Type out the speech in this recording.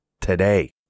today